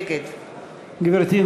נגד גברתי,